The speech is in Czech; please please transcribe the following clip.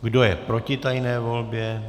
Kdo je proti tajné volbě?